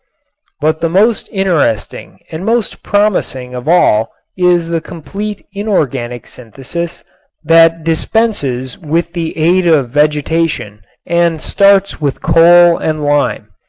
but the most interesting and most promising of all is the complete inorganic synthesis that dispenses with the aid of vegetation and starts with coal and lime.